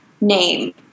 name